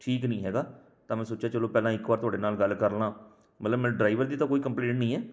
ਠੀਕ ਨਹੀਂ ਹੈਗਾ ਤਾਂ ਮੈਂ ਸੋਚਿਆ ਚਲੋ ਪਹਿਲਾਂ ਇੱਕ ਵਾਰ ਤੁਹਾਡੇ ਨਾਲ ਗੱਲ ਕਰ ਲਾ ਮਤਲਬ ਮੈਨੂੰ ਡਰਾਈਵਰ ਦੀ ਤਾਂ ਕੋਈ ਕੰਪਲੇਂਟ ਨਹੀਂ ਹੈ